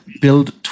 build